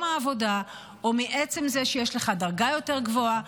העבודה או מעצם זה שיש לך דרגה יותר גבוהה,